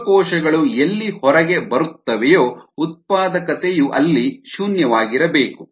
ಜೀವಕೋಶಗಳು ಎಲ್ಲಿ ಹೊರಗೆ ಬರುತ್ತವೆಯೋ ಉತ್ಪಾದಕತೆಯು ಅಲ್ಲಿ ಶೂನ್ಯವಾಗಿರಬೇಕು